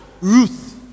ruth